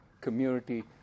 community